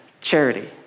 charity